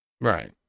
right